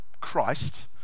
Christ